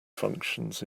functions